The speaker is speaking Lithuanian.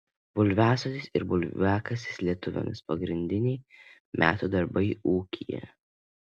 bulviasodis ir bulviakasis lietuviams pagrindiniai metų darbai ūkyje